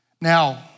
Now